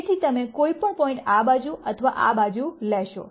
તેથી તમે કોઈપણ પોઇન્ટ આ બાજુ અથવા આ બાજુ લેશો